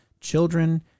children